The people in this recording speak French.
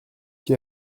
qui